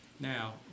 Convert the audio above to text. Now